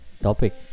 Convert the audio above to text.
topic